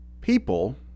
people